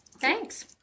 Thanks